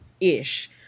ish